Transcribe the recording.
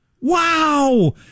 Wow